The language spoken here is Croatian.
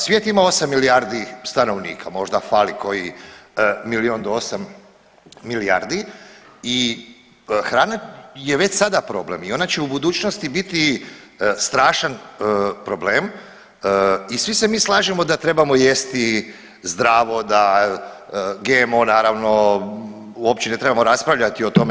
Svijet ima 8 milijardi stanovnika, možda vali koji milijun do 8 milijardi i hrana je već sada problem i ona će u budućnosti biti strašan problem i svi se mi slažemo da trebamo jesti zdravo, da GMO naravno uopće ne trebamo raspravljati o tome.